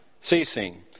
ceasing